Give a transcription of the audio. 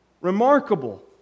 remarkable